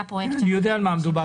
כן, כן אני יודע על מה מדובר.